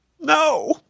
No